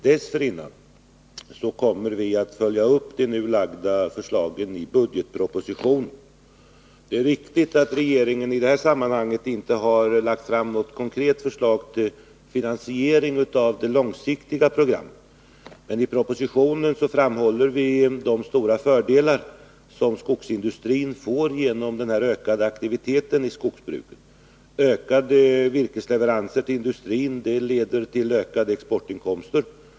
Dessförinnan kommer vi att följa upp de nu lagda förslagen i budgetpropositionen. Det är riktigt att regeringen i detta sammanhang inte har lagt fram något konkret förslag till finansiering av det långsiktiga programmet. Men i propositionen framhåller vi de stora fördelar som skogsindustrin får genom den ökade aktiviteten i skogsbruket. Ökade virkesleveranser till industrin leder till ökade exportinkomster.